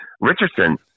Richardson